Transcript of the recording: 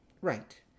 right